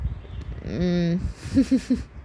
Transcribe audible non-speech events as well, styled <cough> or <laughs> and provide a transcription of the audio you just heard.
<laughs>